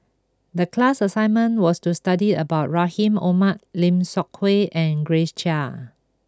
the class assignment was to study about Rahim Omar Lim Seok Hui and Grace Chia